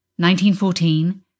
1914